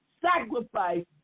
sacrifice